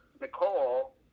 Nicole